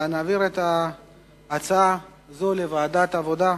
נעביר את ההצעה הזאת לוועדת העבודה,